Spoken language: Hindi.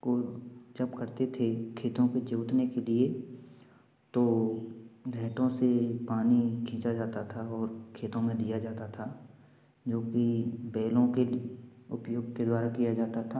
को जब करते थे खेतों के जोतने के लिए तो रहटों से पानी खींचा जाता था और खेतों में दिया जाता था जो कि बैलों के उपयोग के द्वारा किया जाता था